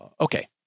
Okay